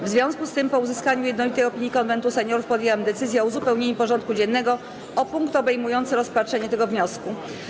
W związku z tym, po uzyskaniu jednolitej opinii Konwentu Seniorów, podjęłam decyzję o uzupełnieniu porządku dziennego o punkt obejmujący rozpatrzenie tego wniosku.